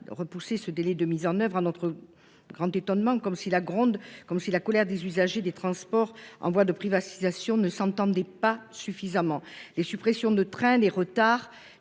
repoussé ce délai de mise en oeuvre à notre. Grand étonnement, comme si la gronde, comme si la colère des usagers des transports en voie de privatisation ne s'entendaient pas suffisamment les suppressions de trains, des retards,